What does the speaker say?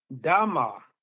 Dama